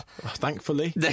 Thankfully